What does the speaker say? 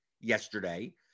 yesterday